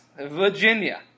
Virginia